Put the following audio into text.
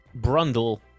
Brundle